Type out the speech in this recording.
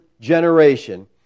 generation